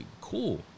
Cool